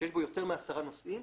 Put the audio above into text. שיש בו יותר מעשרה נוסעים,